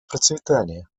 процветание